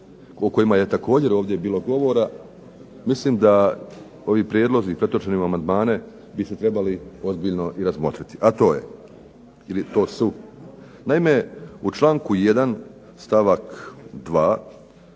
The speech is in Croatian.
o kojima je također ovdje bilo govora, mislim da ovi prijedlozi pretočeni u amandmane bi se trebali ozbiljno i razmotriti, a to je ili to su. Naime, u članku 1. stavak 2.